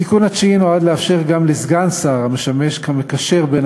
התיקון התשיעי נועד לאפשר גם לסגן שר המשמש כמקשר בין